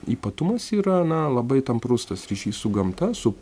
ypatumas yra na labai tamprus tas ryšys su gamta su